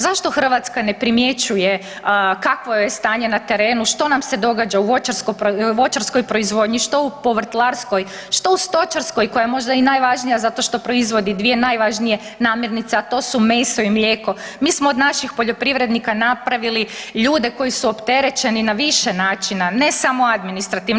Zašto Hrvatska ne primjećuje kakvo je stanje na terenu, što nam se događa u voćarskoj proizvodnji, što u povrtlarskoj, što u stočarskoj, koja je možda i najvažnija zato što proizvodi dvije najvažnije namirnice, a to su meso i mlijeko, mi smo od naših poljoprivrednika napravili ljude koji su opterećeni na više načina, ne samo administrativno.